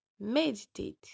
meditate